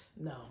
No